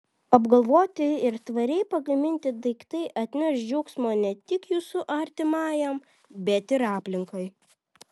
apgalvoti ir tvariai pagaminti daiktai atneš džiaugsmo ne tik jūsų artimajam bet ir aplinkai